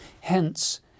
Hence